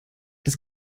das